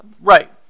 Right